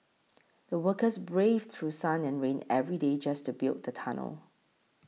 the workers braved through sun and rain every day just to build the tunnel